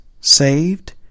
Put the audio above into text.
saved